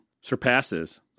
surpasses